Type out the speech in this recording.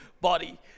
body